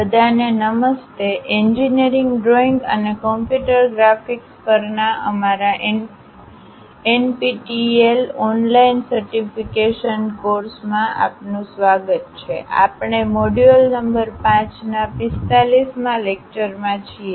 બધાને નમસ્તે engineering drawing અને કમ્પ્યુટર ગ્રાફિક્સ પરના અમારા એનપીટીઈએલ ઓનલાઇન સર્ટિફિકેશન કોર્સ માં આપનું સ્વાગત છે આપણે મોડ્યુલ નંબર 5 ના 45 મા લેક્ચર માં છીએ